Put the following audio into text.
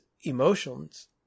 emotions